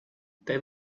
they